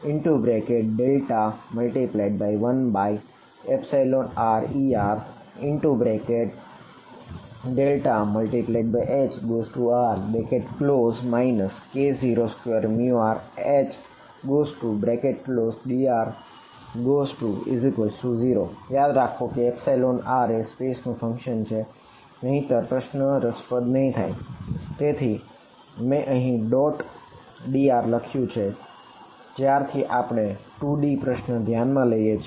∇×1rr∇×Hr k02rHdr0 યાદરાખો કે r એ સ્પેસ નું ફંક્શન છે